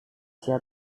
asia